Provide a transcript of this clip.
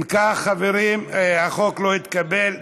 אם כך, חברים, החוק לא התקבל.